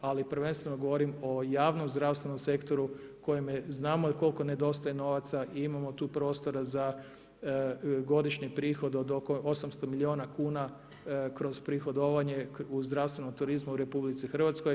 Ali prvenstveno govorim o javnom zdravstvenom sektoru kojem je, znamo koliko nedostaje novaca i imamo tu prostora za godišnji prihod od oko 800 milijuna kuna kroz prihodovanje u zdravstvenom turizmu u RH.